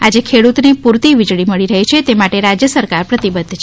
આજે ખેડૂતને પૂરતી વીજળી મળી રહે તે માટે રાજ્ય સરકાર પ્રતિબદ્ધ છે